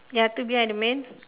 ya two behind the man